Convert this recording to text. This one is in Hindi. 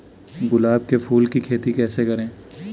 गुलाब के फूल की खेती कैसे करें?